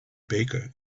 baker